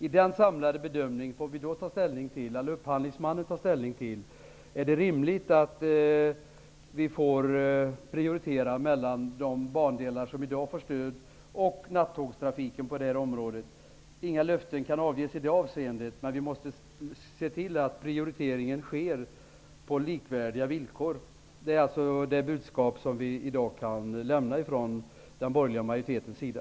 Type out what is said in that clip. I den samlade bedömningen får upphandlingsmannen ta ställning till om det är rimligt att vi får göra en prioritering mellan de bandelar som i dag får stöd och nattågstrafiken i det här området. Inga löften kan avges i det avseendet, men vi måste se til att prioriteringen sker på likvärdiga villkor. Det är det budskap som vi i dag kan lämna från den borgerliga majoritetens sida.